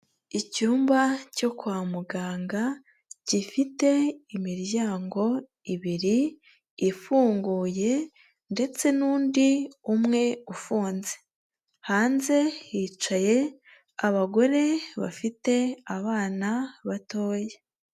Icyumba cyo kwa muganga gifite imiryango ibiri ifunguye ndetse n'undi umwe ufunze, hanze hicaye abagore bafite abana batoya.